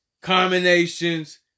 combinations